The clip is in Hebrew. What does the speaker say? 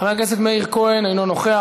חבר הכנסת מאיר כהן אינו נוכח.